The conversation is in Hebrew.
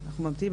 אנחנו ממתינים,